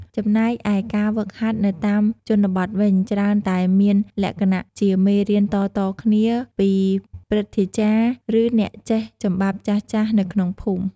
ចំណែកឯការហ្វឹកហាត់នៅតាមជនបទវិញ ច្រើនតែមានលក្ខណៈ ជាមេរៀនតៗគ្នាពីព្រឹទ្ធាចារ្យ ឬអ្នកចេះចំបាប់ចាស់ៗ នៅក្នុងភូមិ។